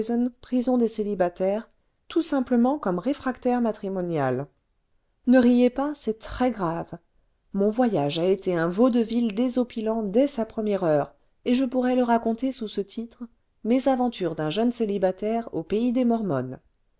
prison des célibataires tout simplement comme réfractaire matrimonial ne riez pas c'est très grave mon voyage a été un vaudeville désopilant dès sa première heure et je pourrais le raconter sous ce titre mésaventures d'un jeune célibataire aux pays des mormonnes